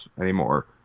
anymore